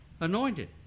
Anointed